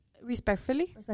Respectfully